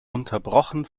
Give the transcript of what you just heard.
unterbrochen